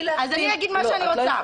אז אני אגיד מה שאני רוצה.